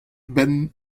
benn